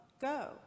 go